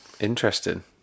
interesting